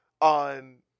on